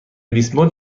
لیسبون